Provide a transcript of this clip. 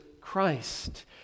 Christ